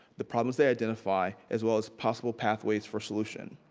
the problems they identify as well as possible pathways for solution.